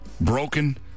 broken